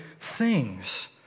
things